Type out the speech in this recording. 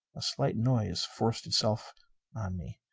a slight noise forced itself on me.